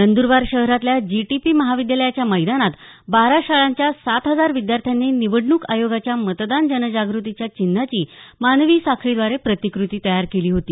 नंद्रबार शहरातल्या जीटीपी महाविद्यालयाच्या मैदानात बारा शाळांच्या सात हजार विद्यार्थ्यांनी निवडणूक आयोगाच्या मतदान जनजाग़तीच्या चिन्हाची मानवी साखळींद्रारे प्रतिकृती तयार केली होती